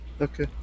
Okay